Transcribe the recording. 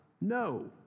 No